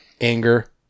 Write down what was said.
anger